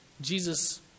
Jesus